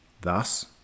Thus